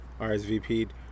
RSVP'd